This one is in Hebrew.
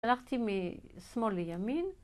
הלכתי משמאל לימין,